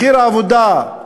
מחיר העבודה,